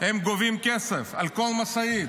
הם גובים כסף, על כל משאית.